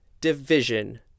division